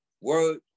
word